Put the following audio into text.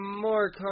more